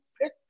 pick